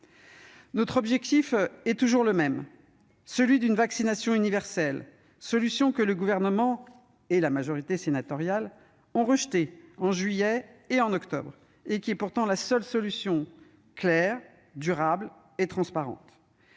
Notre objectif est toujours le même : celui d'une vaccination universelle, solution que le Gouvernement et la majorité sénatoriale ont rejeté en juillet et en octobre, et qui est pourtant la seule solution claire, durable et transparente.